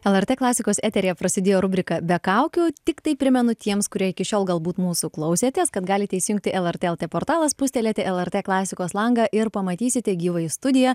lrt klasikos eteryje prasidėjo rubrika be kaukių tiktai primenu tiems kurie iki šiol galbūt mūsų klausėtės kad galite įsijungti lrt lt portalą spūstelėti lrt klasikos langą ir pamatysite gyvai studiją